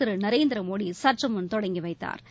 திரு நரேந்திரமோடி சற்று முன் தொடங்கி வைத்தாா்